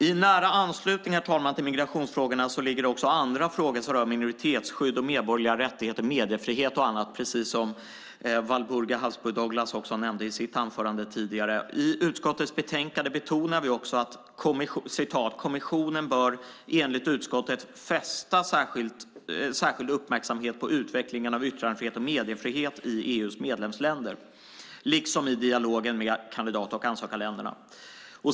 I nära anslutning till migrationsfrågorna, herr talman, ligger också andra frågor som rör minoritetsskydd, medborgerliga rättigheter, mediefrihet och annat, precis som Walburga Habsburg Douglas nämnde i sitt anförande tidigare. I utskottets betänkande betonar vi att "kommissionen bör enligt utskottet fästa särskild uppmärksamhet på utvecklingen av yttrandefrihet och mediefrihet i EU:s medlemsländer liksom i dialogen med kandidat och ansökarländerna".